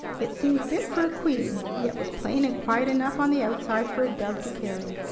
it seemed fit for a queen, yet was plain and quiet enough on the outside for a dove to carry.